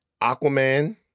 Aquaman